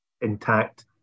intact